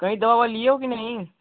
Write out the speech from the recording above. कहीं दवा अवा लिए हो कि नहीं